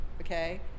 okay